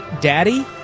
daddy